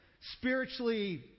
spiritually